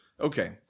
Okay